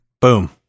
boom